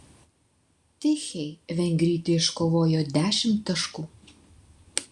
tichei vengrytė iškovojo dešimt taškų